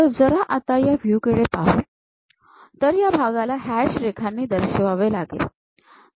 तर जरा आता या व्ह्यू कडे पाहू तर या भागाला हॅश रेखांनी दर्शवावे लागेल